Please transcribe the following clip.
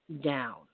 down